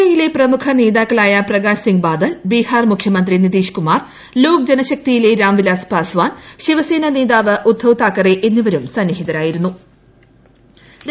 എയിലെ പ്രമുഖ നേതാക്കളായ പ്രകാശ് സിംഗ് ബാദൽ ബീഹാർ മുഖ്യമന്ത്രി നിതീഷ്കുമാർ ലോക് ജനശക്തിയിലെ രാം വിലാസ് പാസ്വാൻ ശിവസേനാ നേതാവ് ഉദ്ദവ് താക്കറെ എന്നിവരും സന്നിഹിതരായിരിന്നു